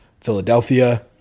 Philadelphia